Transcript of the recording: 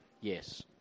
Yes